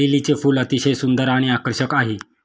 लिलीचे फूल अतिशय सुंदर आणि आकर्षक आहे